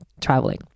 traveling